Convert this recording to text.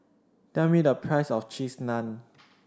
tell me the price of Cheese Naan